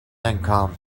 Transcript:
income